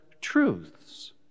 truths